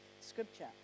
scripture